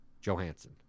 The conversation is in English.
Johansson